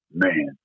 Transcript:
Man